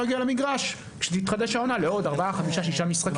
יגיע למגרש כאשר תתחדש העונה לעוד ארבעה-חמישה-שישה משחקים.